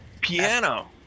piano